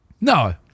No